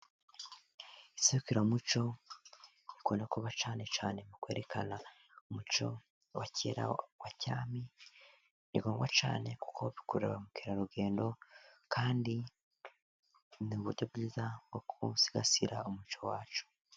Iserukiramuco rikunda kuba cyane cyane mu kwerekana umuco wa kera wa cyami, ni ngombwa cyane kuko bikurura ba mukerarugendo, kandi ni bwo buryo bwiza bwo gusigasira umuco wacu.